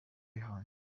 behind